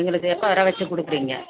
எங்களுக்கு எப்போ வர வச்சு கொடுக்குறீங்க